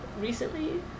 Recently